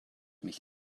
mich